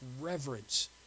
reverence